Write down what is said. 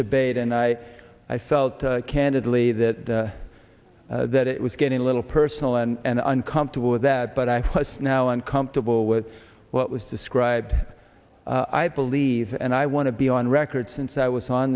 debate and i i felt candidly that that it was getting a little personal and uncomfortable with that but i was now uncomfortable with what was described i believe and i want to be on record since i was on